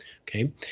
Okay